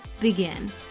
begin